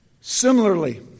Similarly